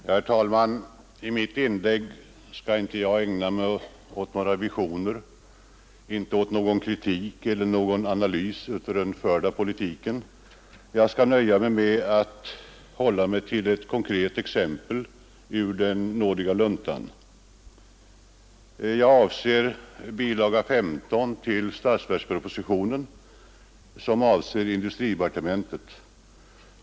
Herr talman! I mitt inlägg skall jag inte ägna mig åt några visioner, inte åt någon kritik eller analys av den förda politiken. Jag skall nöja mig med att hålla mig till ett konkret exempel ur den nådiga luntan, nämligen bilaga 15 till statsverkspropositionen, som avser industridepartementet.